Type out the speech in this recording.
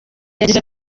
yagize